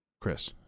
Chris